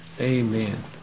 Amen